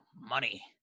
money